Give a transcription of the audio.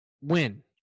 win